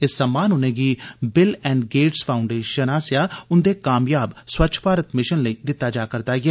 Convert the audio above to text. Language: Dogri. एह् सम्मान उनेंगी बिल एंड गेट्स फांउडेशन आस्सेआ उंदे कामयाब स्वच्छ भारत मिशन लेई दित्ता जा करदा ऐ